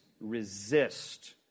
resist